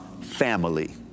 family